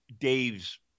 Dave's